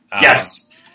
Yes